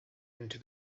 into